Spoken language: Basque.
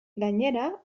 gainera